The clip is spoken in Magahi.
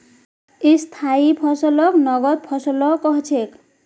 स्थाई फसलक नगद फसलो कह छेक